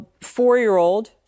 four-year-old